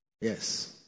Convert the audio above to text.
Yes